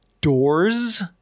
Doors